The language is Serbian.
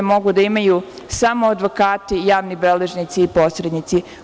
Mogu da imaju samo advokati, javni beležnici i posrednici.